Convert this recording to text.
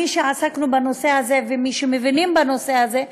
מי שעסק בנושא הזה ומי שמבין בנושא הזה,